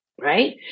Right